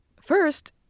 First